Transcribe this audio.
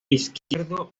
izquierdo